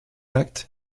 actes